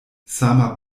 sama